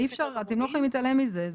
אתם לא יכולים להתעלם מזה.